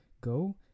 Go